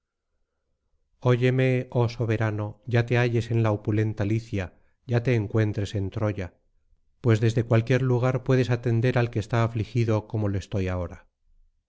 óyeme oh soberano ya te halles en la opulenta licia ya te encuentres en troya pues desde cualquier lugar puedes atender al que está afligido como lo estoy ahora